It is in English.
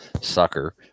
sucker